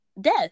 death